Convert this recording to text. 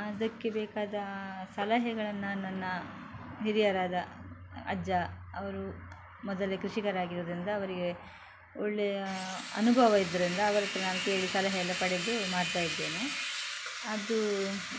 ಅದಕ್ಕೆ ಬೇಕಾದ ಸಲಹೆಗಳನ್ನು ನನ್ನ ಹಿರಿಯರಾದ ಅಜ್ಜ ಅವರು ಮೊದಲೇ ಕೃಷಿಕರಾಗಿರುವುದ್ರಿಂದ ಅವರಿಗೆ ಒಳ್ಳೆಯ ಅನುಭವ ಇದರಿಂದ ಅವ್ರ ಹತ್ತಿರ ನಾನು ಕೇಳಿ ಸಲಹೆ ಎಲ್ಲ ಪಡೆದು ಮಾಡ್ತಾಯಿದ್ದೇನೆ ಅದು